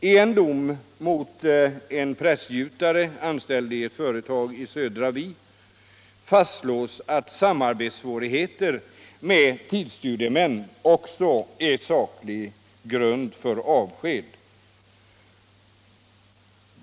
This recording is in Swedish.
I en dom mot en pressgjutare anställd vid ewu företag i Södra Vi fastslås att svårigheter att samarbeta med tidsstudiemän också är saklig grund för avsked.